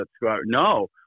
No